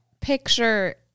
picture